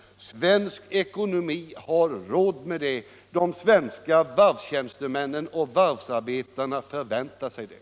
Svensk ekonomi har råd med det, och de svenska varvstjänstemännen och varvsarbetarna förväntar sig det.